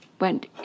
went